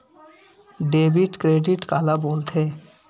Debit credit काला बोल थे?